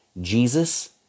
Jesus